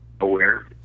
aware